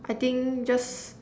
I think just